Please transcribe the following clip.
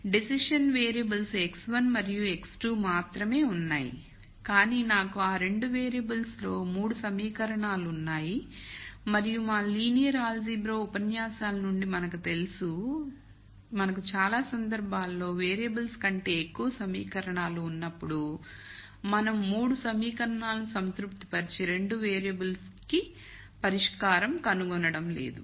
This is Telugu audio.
డెసిషన్ వేరియబుల్స్x1 మరియు x2 మాత్రమే ఉన్నాయి కాని నాకు ఆ 2 వేరియబుల్స్లో 3 సమీకరణాలు ఉన్నాయి మరియు మా లీనియర్ ఆల్జీబ్రా ఉపన్యాసాల నుండి మనకు తెలుసు మనకు చాలా సందర్భాలలో వేరియబుల్స్ కంటే ఎక్కువ సమీకరణాలు ఉన్నప్పుడు మనం 3 సమీకరణాలను సంతృప్తి పరిచే 2 వేరియబుల్స్ కి పరిష్కారం కనుగొనడం లేదు